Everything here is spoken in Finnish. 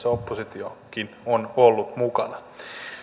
oppositiokin on ollut mukana